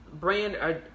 brand